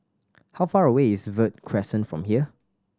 how far away is Verde Crescent from here